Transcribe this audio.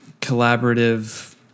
collaborative